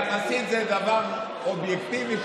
יחסית זה דבר אובייקטיבי,